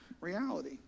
reality